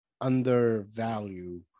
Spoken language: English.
undervalue